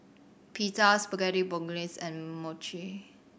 Pita Spaghetti Bolognese and Mochi